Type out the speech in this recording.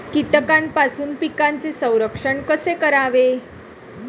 कीटकांपासून पिकांचे संरक्षण कसे करावे?